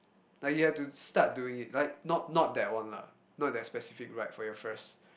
like you have to start doing it like not not that one lah not that specific ride for your first